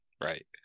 Right